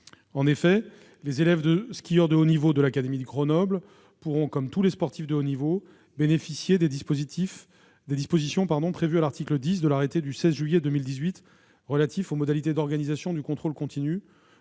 Les élèves skieurs de haut niveau de l'académie de Grenoble pourront ainsi, comme tous les sportifs de haut niveau, bénéficier des dispositions prévues à l'article 10 de l'arrêté du 16 juillet 2018 relatif aux modalités d'organisation du contrôle continu